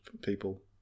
people